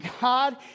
God